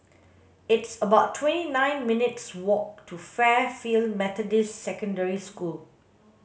it's about twenty nine minutes' walk to Fairfield Methodist Secondary School